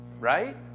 right